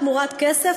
תמורת כסף,